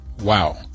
Wow